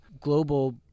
global